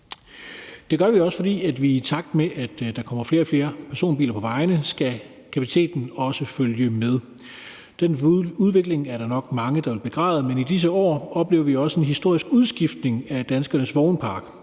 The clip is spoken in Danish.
Det gør vi også, fordi kapaciteten, i takt med at der kommer flere og flere personbiler på vejene, også skal følge med. Den udvikling er der nok mange der vil begræde, men i disse år oplever vi også en historisk udskiftning af danskernes vognpark.